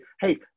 hey